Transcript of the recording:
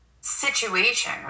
situation